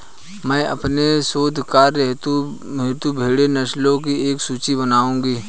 मैं अपने शोध कार्य हेतु भेड़ नस्लों की एक सूची बनाऊंगी